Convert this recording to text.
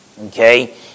Okay